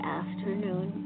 afternoon